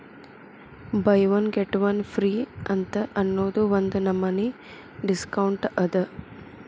by one get one free ಅಂತ್ ಅನ್ನೂದು ಒಂದ್ ನಮನಿ ಡಿಸ್ಕೌಂಟ್ ಅದ